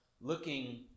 looking